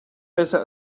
besser